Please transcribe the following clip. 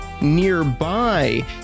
nearby